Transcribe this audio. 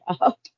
up